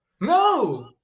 No